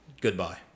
Goodbye